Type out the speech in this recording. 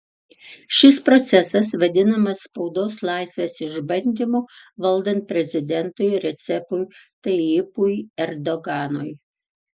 šis procesas vadinamas spaudos laisvės išbandymu valdant prezidentui recepui tayyipui erdoganui